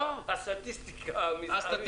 אני מבין את הרציונל.